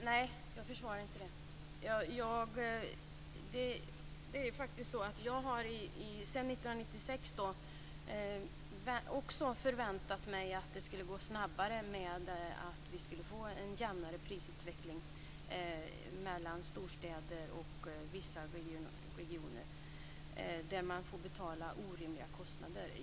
Fru talman! Nej, jag försvarar inte det. Jag har sedan 1996 förväntat mig att det skulle gå snabbare att få en jämnare prisutveckling mellan storstäder och vissa regioner där man får betala orimliga kostnader.